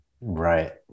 right